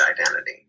identity